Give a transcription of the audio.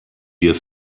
wir